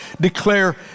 declare